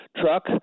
truck